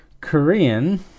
Korean